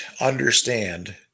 understand